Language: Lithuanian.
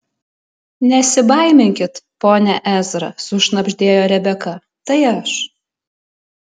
nesibaiminkit pone ezra sušnabždėjo rebeka tai aš